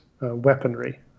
weaponry